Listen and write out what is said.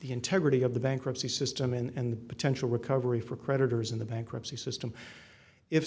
the integrity of the bankruptcy system in potential recovery for creditors in the bankruptcy system if